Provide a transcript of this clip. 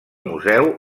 museu